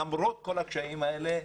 למרות כל הקשיים האלה,